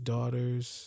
Daughters